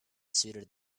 sweeter